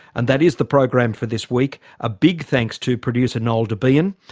and that is the program for this week. a big thanks to producer noel debien.